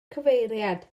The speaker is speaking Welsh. cyfeiriad